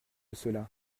cela